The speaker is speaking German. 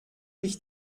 ich